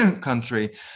country